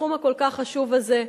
בתחום הכל-כך חשוב הזה,